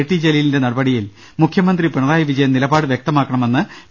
T ജലീലിന്റെ നടപടിയിൽ മുഖ്യമന്ത്രി പിണറായി വിജയൻ നിലപാട് വ്യക്തമാ ക്കണമെന്ന് പി